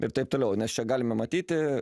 ir taip toliau nes čia galime matyti